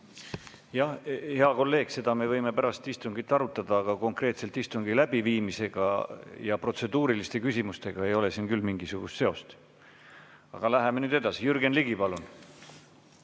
Hea kolleeg, seda me võime pärast istungit arutada, aga konkreetselt istungi läbiviimisega ja protseduuriliste küsimustega ei ole siin küll mingisugust seost. Aga läheme nüüd edasi. Jürgen Ligi, palun!